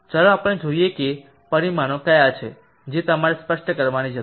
ચાલો આપણે જોઈએ કે પરિમાણો કયા છે જે તમારે સ્પષ્ટ કરવાની જરૂર છે